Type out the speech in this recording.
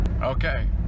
okay